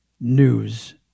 News